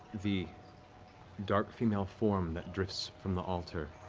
the dark female form that drifts from the altar,